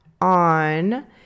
on